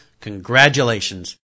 congratulations